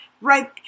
Right